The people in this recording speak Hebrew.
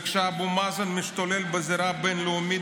כשאבו מאזן משתולל בזירה הבין-לאומית